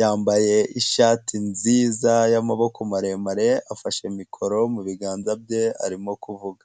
yambaye ishati nziza y'amaboko maremare afashe mikoro mu biganza bye arimo kuvuga.